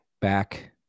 back